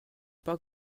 pas